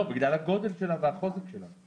בגלל הגודל שלה והחוזק שלה.